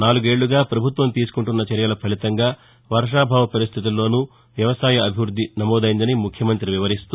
నాలుగేళ్లగా ప్రభుత్వం తీసుకుంటున్న చర్యల ఫలితంగా వర్షాభావ పరిస్టితుల్లోనూ వ్యవసాయాభివృద్ది నమోదైందని ముఖ్యమంతి వివరిస్తూ